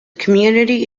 community